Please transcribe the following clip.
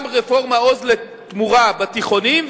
גם רפורמת "עוז לתמורה" בתיכונים,